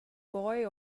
boy